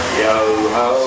yo-ho